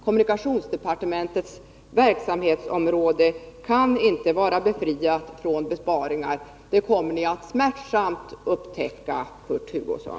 Kommunikationsdepartementets verksamhetsområde kan inte befrias från besparingar. Det kommer ni att smärtsamt upptäcka, Kurt Hugosson!